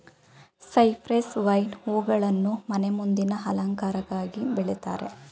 cypress vine ಹೂಗಳನ್ನು ಮನೆ ಮುಂದಿನ ಅಲಂಕಾರಕ್ಕಾಗಿ ಬೆಳಿತಾರೆ